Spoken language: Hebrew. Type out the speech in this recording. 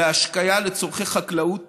להשקיה לצורכי חקלאות